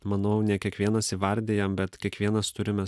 manau ne kiekvienas įvardijam bet kiekvienas turime